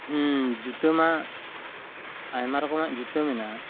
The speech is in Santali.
ᱡᱩᱛᱟᱹ ᱢᱟ ᱟᱭᱢᱟ ᱨᱚᱠᱚᱢᱟᱜ ᱡᱩᱛᱟᱹ ᱢᱮᱱᱟᱜᱼᱟ